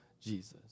Jesus